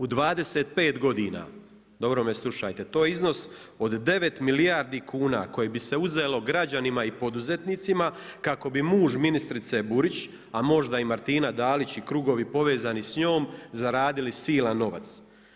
U 25 godina, dobro me slušajte, to je iznos od 9 milijardi kuna koji bi se uzelo građanima i poduzetnicima kako bi muž ministrice Burić, a možda i Martina Dalić i krugovi povezani s njom zaradili silan novac.